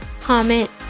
comment